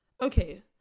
Okay